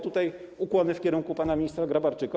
Tutaj ukłony w kierunku pana ministra Grabarczyka.